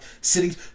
sitting